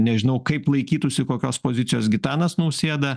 nežinau kaip laikytųsi kokios pozicijos gitanas nausėda